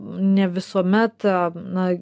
ne visuomet na